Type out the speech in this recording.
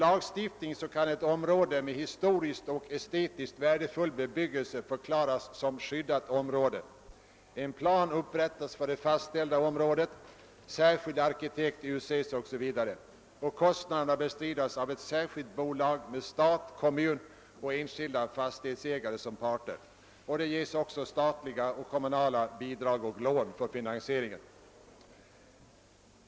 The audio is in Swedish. Lagstiftningen ger möjlighet att förklara ett område med historiskt och estetiskt värdefull bebyggelse som skyddat område. En plan upprättas för det fastställda området, särskild arkitekt wutses osv. och kostnaderna bestrids av ett särskilt bolag med stat, kommun och enskilda fastighetsägare som intressenter. Det ges också statliga och kommunala bidrag och lån för finansieringen.